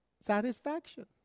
Satisfaction